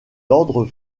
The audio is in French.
ordres